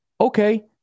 Okay